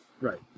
Right